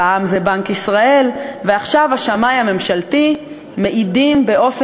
פעם זה בנק ישראל ועכשיו השמאי הממשלתי מעידים באופן